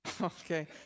Okay